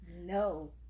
No